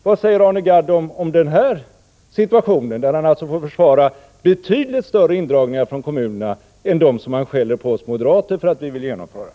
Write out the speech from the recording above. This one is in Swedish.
Vad säger Arne Gadd om den situationen; han får alltså försvara betydligt större indragningar från kommunerna än dem som han skäller på oss moderater för att vi vill genomföra!